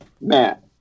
Matt